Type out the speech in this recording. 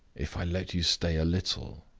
if i let you stay a little?